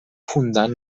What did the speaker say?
fundat